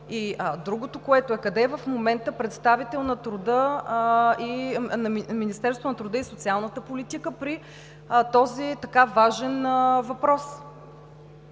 Другото – къде в момента е представител на Министерството на труда и социалната политика при този така важен въпрос?